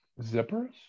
Zippers